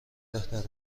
بهتره